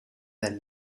del